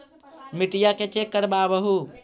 मिट्टीया के चेक करबाबहू?